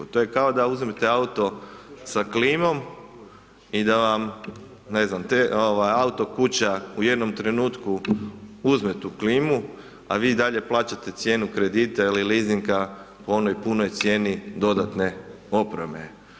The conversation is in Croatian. To je kao da uzmete auto sa klimom i da vam ne znam, ovaj auto kuća u jednom trenutku uzme tu klimu, a vi dalje plaćate cijenu kredita ili leasinga po onoj punoj cijeni dodatne opreme.